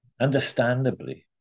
understandably